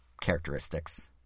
characteristics